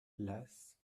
lasse